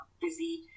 busy